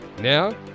Now